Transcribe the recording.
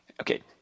Okay